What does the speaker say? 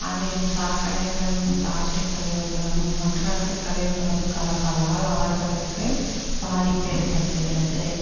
அதில் சாக்கடைகளும் பிளாஸ்டிக் கழிவுகளும் மற்ற கழிவுகளும் கலப்பதால் அவர்களுக்கு பாதிப்பு ஏற்படுத்துகிறது